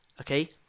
okay